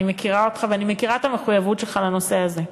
אני מכירה אותך ואני מכירה את המחויבות שלך לנושא הזה.